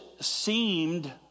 seemed